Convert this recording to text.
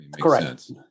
Correct